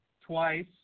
twice